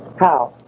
how?